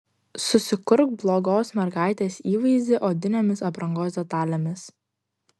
susikurk blogos mergaitės įvaizdį odinėmis aprangos detalėmis